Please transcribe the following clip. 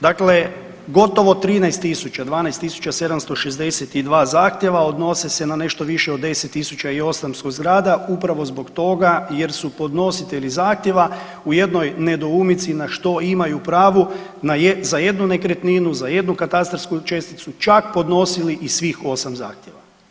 Dakle, gotovo 13 tisuća, 12 762 zahtjeva odnose se na nešto više od 10 800 zgrada upravo zbog toga jer su podnositelji zahtjeva u jednoj nedoumici na što imaju pravo za jednu nekretninu, za jednu katastarsku česticu čak podnosili i svih 8 zahtjeva.